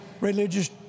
religious